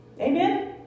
Amen